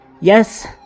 Yes